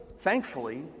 thankfully